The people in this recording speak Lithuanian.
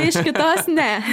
iš kitos ne